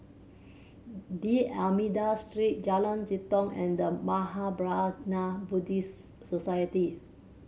D'Almeida Street Jalan Jitong and The Mahaprajna Buddhist Society